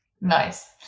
Nice